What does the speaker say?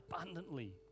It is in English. abundantly